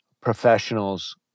professionals